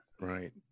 Right